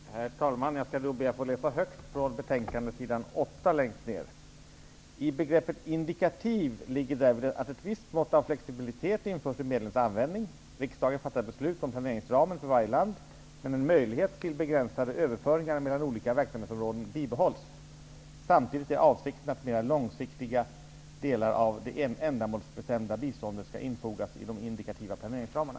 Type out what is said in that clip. Herr talman! Jag skall då be att få läsa högt från betänkandet, s. 8 längst ner: ''I begreppet ''indikativ' ligger därvid att ett visst mått av flexibilitet införs i medlens användning. Riksdagen fattar beslut om planeringsramen för varje land, men en möjlighet till begränsade överföringar mellan olika verksamhetsområden bibehålls. Samtidigt är avsikten att mera långsiktiga delar av det ändamålsbestämda biståndet skall infogas i de indikativa planeringsramarna.''